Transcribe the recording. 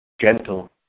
Gentle